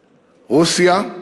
רוסיה,